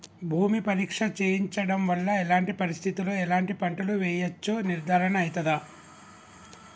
భూమి పరీక్ష చేయించడం వల్ల ఎలాంటి పరిస్థితిలో ఎలాంటి పంటలు వేయచ్చో నిర్ధారణ అయితదా?